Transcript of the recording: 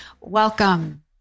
Welcome